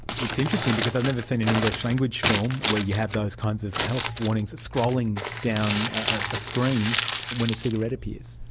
it's interesting because i've never seen an english language film where you have those kinds of health warnings scrolling down a screen when a cigarette appears.